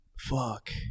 fuck